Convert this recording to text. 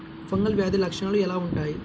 Fungal వ్యాధి లక్షనాలు ఎలా వుంటాయి?